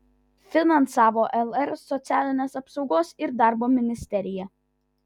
finansavo lr socialinės apsaugos ir darbo ministerija